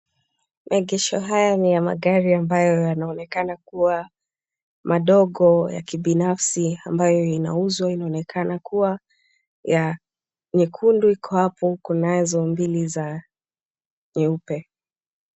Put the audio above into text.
Maegesho haya ni ya gari ambayo yanaonekana kuwa madogo ya kibinafsi ambayo inauzwa. Inaonekana kuwa ya nyekundu iko hapo, kunazo mbili za nyeupe.